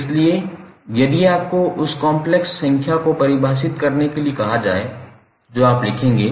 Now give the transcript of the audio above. इसलिए यदि आपको उस कॉम्प्लेक्स संख्या को परिभाषित करने के लिए कहा जाए जो आप लिखेंगे